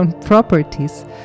properties